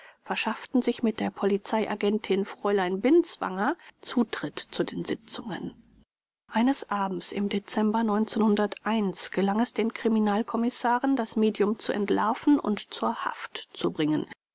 verschafften sich mit der polizeiagentin fräulein binswanger zutritt zu den sitzungen eines abends im dezember gelang es den kriminalkommissaren das medium zu entlarven und zur haft zu bringen